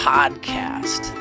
Podcast